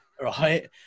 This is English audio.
right